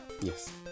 Yes